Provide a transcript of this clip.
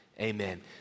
Amen